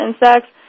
insects